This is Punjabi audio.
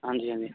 ਹਾਂਜੀ ਹਾਂਜੀ